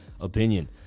opinion